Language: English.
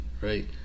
right